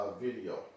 video